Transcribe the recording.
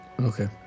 Okay